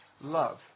love